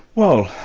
well,